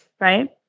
right